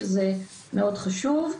שזה מאוד חשוב.